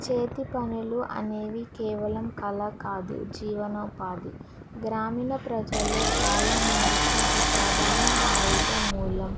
చేతి పనులు అనేవి కేవలం కళా కాదు జీవనోపాధి గ్రామీణ ప్రజల్లో చాలామందికి ఇది ప్రధాన ఆయుధ మూలం